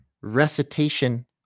recitation